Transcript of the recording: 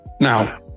Now